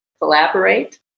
collaborate